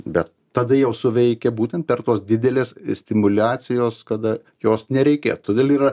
bet tada jau suveikia būtent per tos didelės stimuliacijos kada jos nereikėt todėl yra